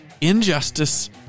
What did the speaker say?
injustice